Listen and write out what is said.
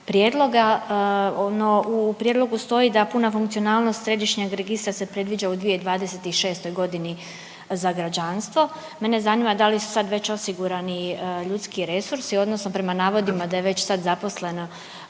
prijedloga. Ono u prijedlogu stoji da puna funkcionalnost središnjeg registra se predviđa u 2026. godini za građanstvo. Mene zanima da li su sad već osigurani ljudski resursi odnosno prema navodima da je već sad zaposleno